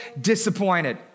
disappointed